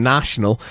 National